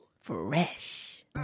Fresh